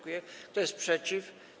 Kto jest przeciw?